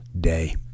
day